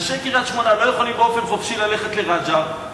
אנשי קריית-שמונה לא יכולים באופן חופשי ללכת לרג'ר.